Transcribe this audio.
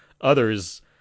Others